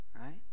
right